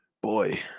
Boy